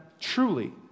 Truly